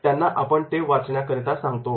त्यांना आपण ते वाचण्याकरिता सांगतो